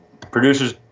producers